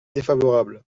défavorable